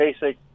basic